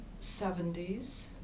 70s